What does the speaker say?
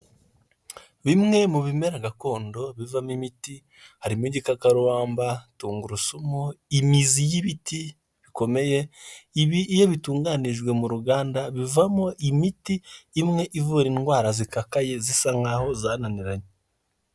Bimwe mu bimera gakondo bivamo imiti harimo igikarubamba, tungurusumu, imizi y'ibiti bikomeye, ibi iyo bitunganijwe mu ruganda bivamo imiti imwe ivura indwara zikakaye zisa nkaho zananiranye.